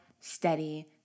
steady